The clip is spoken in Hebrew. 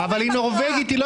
אורלי, היא לא יכולה.